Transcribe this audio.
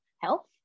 health